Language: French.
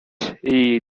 est